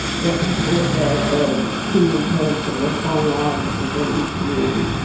what people look at, or see in terms of what's going on within each community.